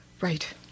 right